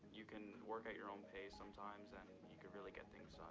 you can work at your own pace sometimes, and you could really get things so